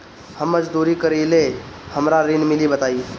हम मजदूरी करीले हमरा ऋण मिली बताई?